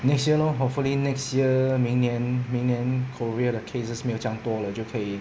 next year lor hopefully next year 明年明年 korea the cases 没有这样多了就可以